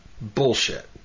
Bullshit